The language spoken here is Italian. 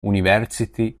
university